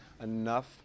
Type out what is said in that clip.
enough